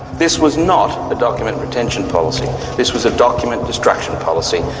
this was not a document retention policy, this was a document destruction policy,